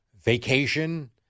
vacation